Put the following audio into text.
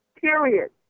period